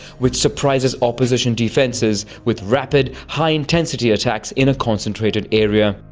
which surprises opposition defenses with rapid, high-intensity attacks in a concentrated area.